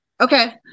Okay